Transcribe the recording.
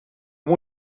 wij